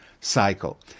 cycle